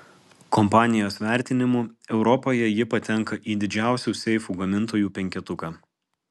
kompanijos vertinimu europoje ji patenka į didžiausių seifų gamintojų penketuką